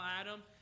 Adam